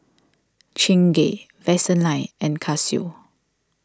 Chingay Vaseline and Casio